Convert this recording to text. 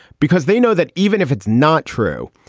because they know that even if it's not true,